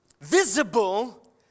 visible